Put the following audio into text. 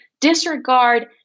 disregard